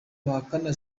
bahakana